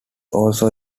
also